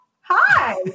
Hi